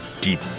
deep